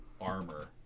armor